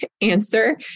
answer